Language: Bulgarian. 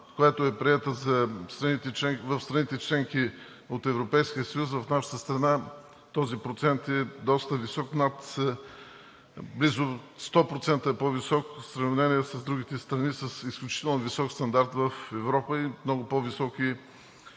която е приета в страните – членки от Европейския съюз. В нашата страна този процент е доста висок, близо 100% е по-висок в сравнение с другите страни с изключително висок стандарт в Европа и много по-високи